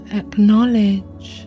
acknowledge